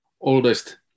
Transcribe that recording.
oldest